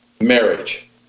marriage